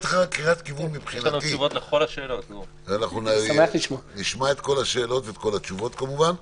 אנחנו נשמע את כל השאלות ואת כל התשובות, כמובן.